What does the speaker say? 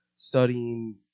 studying